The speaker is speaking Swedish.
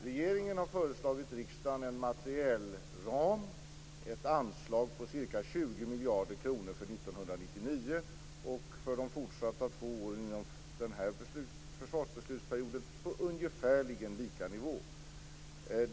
Regeringen har föreslagit riksdagen en materielram, ett anslag på ca 20 miljarder kronor för 1999 och ett för de fortsatta två åren inom den här försvarsbeslutsperioden på ungefärligen samma nivå.